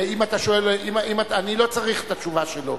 אני לא צריך את התשובה שלו.